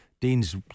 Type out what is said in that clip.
Dean's